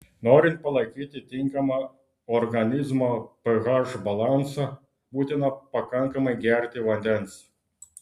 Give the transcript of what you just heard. norint palaikyti tinkamą organizmo ph balansą būtina pakankamai gerti vandens